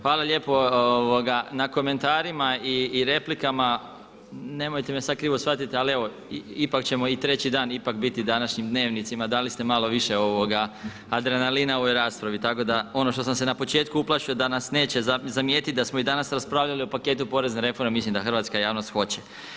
Hvala lijepo na komentarima i replikama, nemojte me sada krivo shvatiti ali evo ipak ćemo i treći dan ipak biti današnjim dnevnicima, dali ste malo više adrenalina ovoj raspravi, tako da ono što sam se na početku uplašio da nas neće zamijetiti da smo i danas raspravljali o paketu porezne reforme mislim da hrvatska javnost hoće.